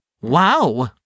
Wow